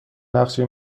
نقشه